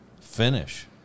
Finish